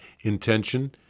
Intention